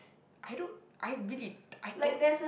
I don't I really I don't